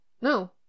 No